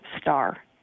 star